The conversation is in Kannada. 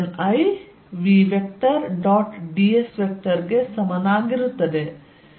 ds ಗೆ ಸಮನಾಗಿರುತ್ತದೆ